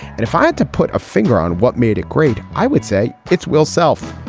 and if i had to put a finger on what made it great, i would say it's will self.